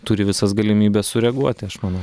turi visas galimybes sureaguoti aš manau